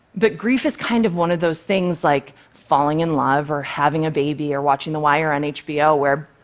but grief is kind of one of those things, like, falling in love or having a baby or watching the wire on hbo, where